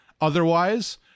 Otherwise